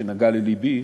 הוא נגע ללבי,